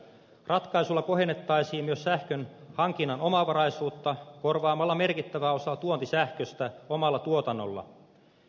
ratkaisulla kohennettaisiin myös sähkön hankinnan omavaraisuutta korvaamalla merkittävä osa tuontisähköstä omalla tuotannolla